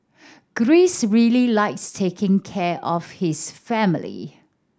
Greece really likes taking care of his family